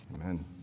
Amen